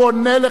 הוא עונה לך.